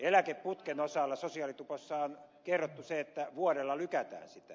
eläkeputken osalla sosiaalitupossa on kerrottu se että vuodella lykätään sitä